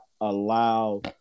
allow